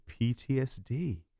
PTSD